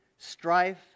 strife